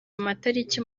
amatariki